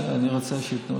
שאני רוצה שייתנו